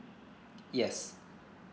yes